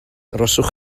arhoswch